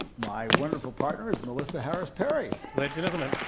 my wonderful partner is melissa harris-perry. ladies and gentlemen.